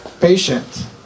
Patient